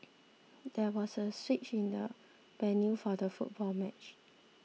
there was a switch in the venue for the football match